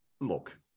look